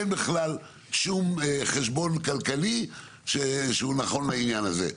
אין בכלל שום חשבון כלכלי שהוא נכון לעניין הזה,